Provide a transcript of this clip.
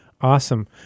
awesome